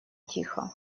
тихо